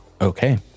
Okay